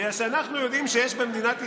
מפני שאנחנו יודעים שיש במדינת ישראל,